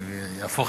אני מברך אותו.